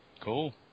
Cool